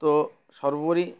তো সর্বোপরি